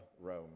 Rome